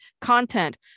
content